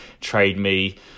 TradeMe